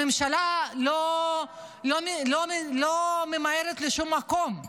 הממשלה לא ממהרת לשום מקום.